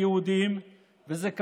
לרכז מאמצים מתוך מינהל הבטיחות ומתוך המוסד